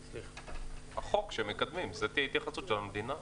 החוק שמקדמים יהיה התייחסות של המדינה.